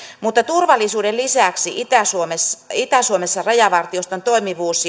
mutta turvallisuuden lisäksi on itä suomessa rajavartioston toimivuus